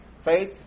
Faith